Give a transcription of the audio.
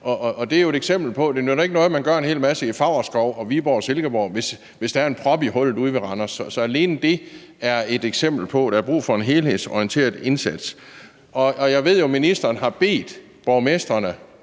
nytter noget, at man gør en hel masse i Favrskov og Viborg og Silkeborg, hvis der er en prop i hullet ude ved Randers. Så alene det er et eksempel på, at der er brug for en helhedsorienteret indsats. Jeg ved jo, at ministeren har bedt borgmestrene,